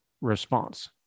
response